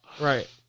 Right